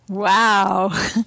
Wow